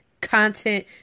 content